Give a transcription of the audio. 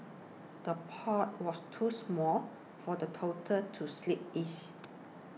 the pot was too small for the toddler to sleep is